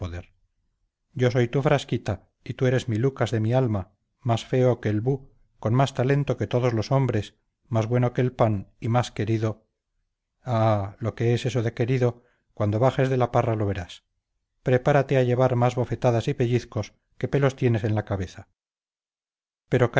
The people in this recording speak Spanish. yo soy tu frasquita y tú eres mi lucas de mi alma más feo que el bu con más talento que todos los hombres más bueno que el pan y más querido ah lo que es eso de querido cuando bajes de la parra lo verás prepárate a llevar más bofetadas y pellizcos que pelos tienes en la cabeza pero calla qué